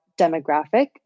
demographic